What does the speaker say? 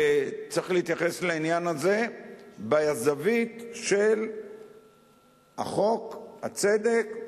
צריך להתייחס לעניין הזה בזווית של החוק, הצדק,